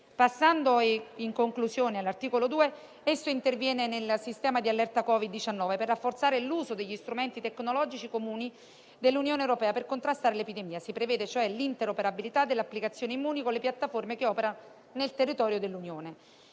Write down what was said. provvedimenti. L'articolo 2 interviene nel sistema di allerta Covid-19 per rafforzare l'uso degli strumenti tecnologici comuni dell'Unione europea volti a contrastare l'epidemia. Si prevede, cioè, l'interoperabilità dell'applicazione Immuni con le piattaforme che operano nel territorio dell'Unione.